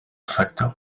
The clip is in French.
facteurs